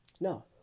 No